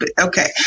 Okay